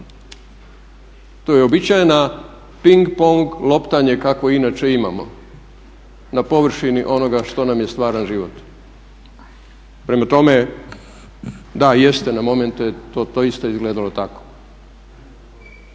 To je uobičajena ping pong loptanje kakvo inače imamo na površini onoga što nam je stvaran život. Prema tome, da jeste na momente to je isto izgledalo tako,